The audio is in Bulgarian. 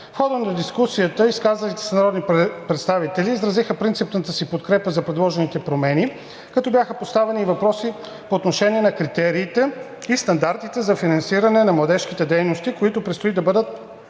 В хода на дискусията изказалите се народни представители изразиха принципната си подкрепа за предложените промени, като бяха поставени и въпроси по отношение на критериите и стандартите за финансиране на младежките дейности, които предстои да бъдат